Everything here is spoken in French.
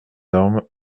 ormes